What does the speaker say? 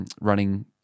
running